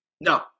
No